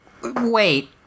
Wait